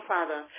Father